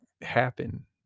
happen